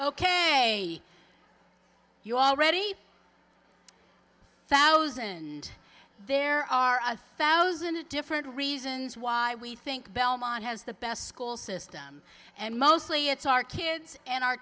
ok you already thousand there are a thousand different reasons why we think belmont has the best school system and mostly it's our kids and our